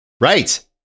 Right